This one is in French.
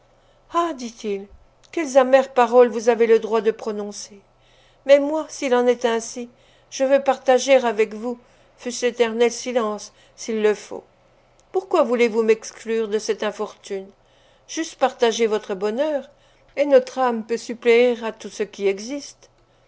ah dit-il quelles amères paroles vous avez le droit de prononcer mais moi s'il en est ainsi je veux partager avec vous fût-ce l'éternel silence s'il le faut pourquoi voulez-vous m'exclure de cette infortune j'eusse partagé votre bonheur et notre âme peut suppléer à tout ce qui existe